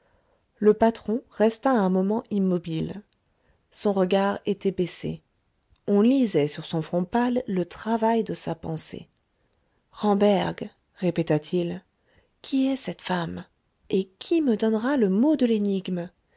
le patron resta un moment immobile son regard était baissé on lisait sur son front pâle le travail de sa pensée ramberg répéta-t-il qui est cette femme et qui me donnera le mot de l'énigme